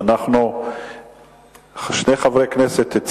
מה זה הדבר הזה, מה, אנחנו מתערבים בהחלטות, תיכף.